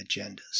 agendas